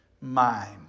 mind